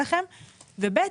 ושנית,